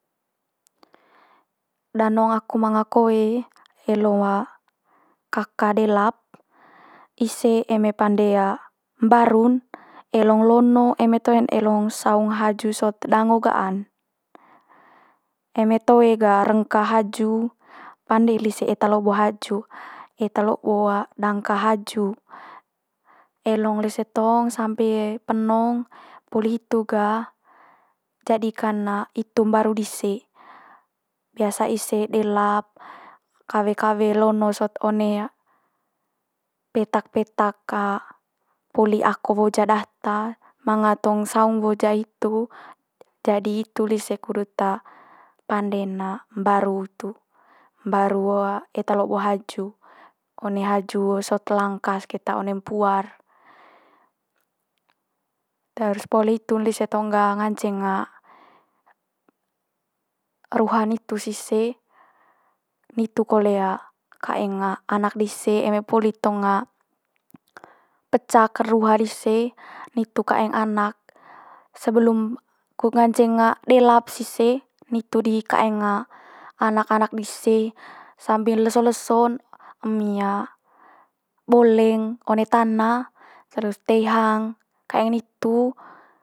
Danong aku manga koe lelo kaka delap ise eme pande mbaru'n elong lono eme toe'n elong saung haju sot dango ga'an. Eme toe ga rengka haju pande lise eta lobo haju eta lobo dangka haju. Elong lise tong sampe penong, poli hitu gah jadikan itu mbaru dise. Biasa ise delap kawe kawe lono sot one petak petak poli ako woja data manga tong saung woja hitu jadi hitu lise kudut pande'n mbaru hitu, mbaru eta lobo haju one haju sot langkas keta one empuar. Terus poli hitu lise tong gah nganceng ruha nitu's ise nitu kole kaeng anak dise eme poli tong pecak ruha dise nitu kaeng anak sebelum kut nganceng delap's ise nitu di kaeng anak anak dise sambil leso leso'n emi boleng one tana, terus tei hang kaeng nitu.